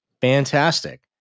fantastic